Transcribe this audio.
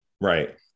Right